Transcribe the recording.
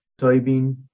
soybean